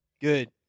Good